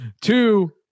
Two